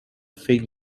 fake